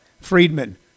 Friedman